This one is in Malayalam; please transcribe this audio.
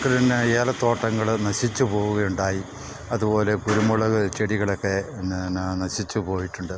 അത് പിന്നെ ഏലത്തോട്ടങ്ങൾ നശിച്ചു പോവുകയുണ്ടായി അതുപോലെ കുരുമുളക് ചെടികളൊക്കെ പിന്നെ നശിച്ചു പോയിട്ടുണ്ട്